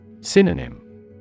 Synonym